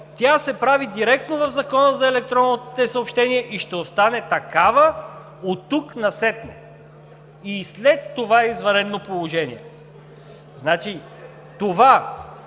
Тя се прави директно в Закона за електронните съобщения и ще остане такава оттук насетне и след това извънредно положение! Това,